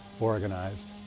organized